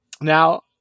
Now